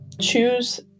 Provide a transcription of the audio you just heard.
choose